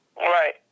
right